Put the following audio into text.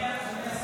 ההצעה